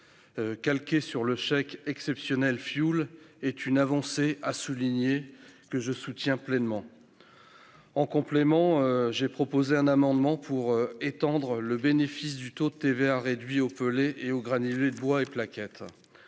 calquée sur le chèque exceptionnel fioul, est une avancée que je soutiens pleinement. En complément, j'ai proposé un amendement pour étendre le bénéfice du taux de TVA réduit aux pellets, aux granulés bois et aux plaquettes.